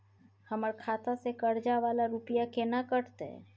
हमर खाता से कर्जा वाला रुपिया केना कटते?